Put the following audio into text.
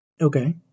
Okay